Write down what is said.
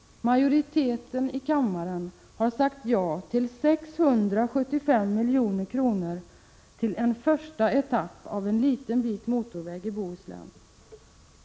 Majoriteten i kammaren har sagt ja till 675 milj.kr. till en första etapp av en liten bit motorväg i Bohuslän.